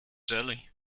jelly